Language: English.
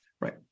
right